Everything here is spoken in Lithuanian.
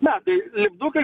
na tai lipdukai